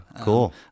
Cool